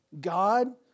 God